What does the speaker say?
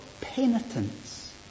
penitence